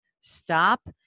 Stop